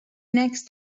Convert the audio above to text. next